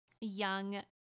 young